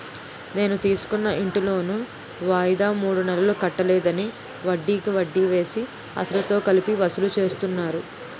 నేను తీసుకున్న ఇంటి లోను వాయిదా మూడు నెలలు కట్టలేదని, వడ్డికి వడ్డీ వేసి, అసలుతో కలిపి వసూలు చేస్తున్నారు